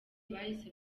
bahise